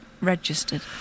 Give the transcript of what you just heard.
Registered